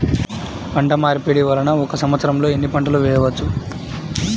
పంటమార్పిడి వలన ఒక్క సంవత్సరంలో ఎన్ని పంటలు వేయవచ్చు?